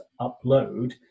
upload